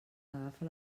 agafa